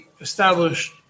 established